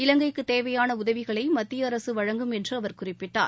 இலங்கைக்கு தேவையான உதவிகளை மத்திய அரசு வழங்கும் என்று அவர் குறிப்பிட்டார்